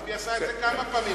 ביבי עשה את זה כמה פעמים.